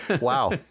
Wow